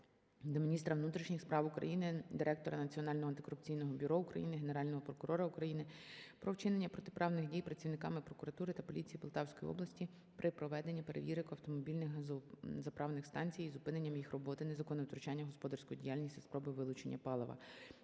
до Міністра внутрішніх справ України, Директора Національного антикорупційного бюро України, Генерального прокурора України про вчинення протиправних дій працівниками прокуратури та поліції Полтавської області при проведенні перевірок автомобільних газозаправних станцій із зупиненням їх роботи, незаконне втручання у господарську діяльність та спроби вилучення палива.